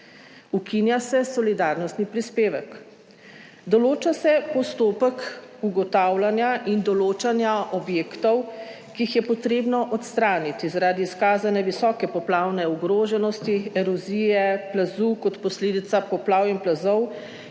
Ukinja se solidarnostni prispevek, določa se postopek ugotavljanja in določanja objektov, ki jih je potrebno odstraniti zaradi izkazane visoke poplavne ogroženosti, erozije plazu, kot posledica poplav in plazov